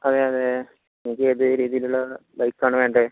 അതെ അതെ തനിക്ക് ഏത് രീതിയിലുള്ള ബൈക്കാണ് വേണ്ടത്